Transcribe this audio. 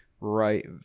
right